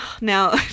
now